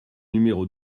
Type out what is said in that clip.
numéro